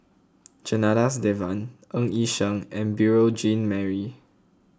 Janadas Devan Ng Yi Sheng and Beurel Jean Marie